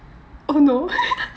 oh no